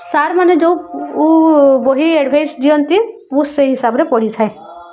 ସାର୍ମାନେ ଯେଉଁ ବହି ଆଡ଼ଭାଇସ୍ ଦିଅନ୍ତି ମୁଁ ସେଇ ହିସାବରେ ପଢ଼ିଥାଏ